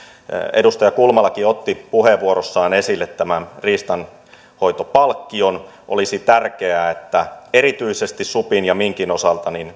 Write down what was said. edustaja kulmalakin otti puheenvuorossaan esille tämän riistanhoitopalkkion olisi tärkeää että erityisesti supin ja minkin osalta